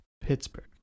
Pittsburgh